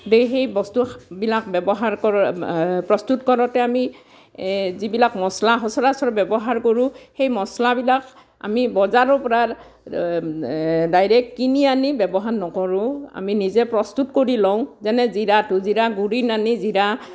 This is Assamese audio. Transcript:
সেয়েহে বস্তুবিলাক ব্যৱহাৰ কৰোঁ প্ৰস্তুত কৰোঁতে আমি যিবিলাক মচলা সচৰাচৰ ব্যৱহাৰ কৰোঁ সেই মচলাবিলাক আমি বজাৰৰ পৰা ডাইৰেক্ট কিনি আনি ব্যৱহাৰ নকৰোঁ আমি নিজে প্ৰস্তুত কৰি লওঁ যেনে জীৰাটো জীৰা গুড়ি নানি জীৰা